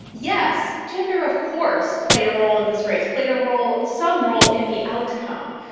yes, gender, of course, played a role in this race, played a role, some role, in the outcome.